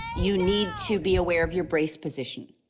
you need to be aware of your brace position.